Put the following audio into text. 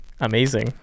amazing